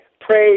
pray